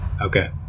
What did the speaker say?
Okay